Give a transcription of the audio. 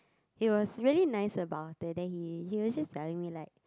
it was really nice about it then he he was just telling me like